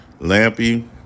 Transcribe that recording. Lampy